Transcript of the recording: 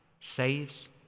saves